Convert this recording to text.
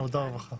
הצבעה בעד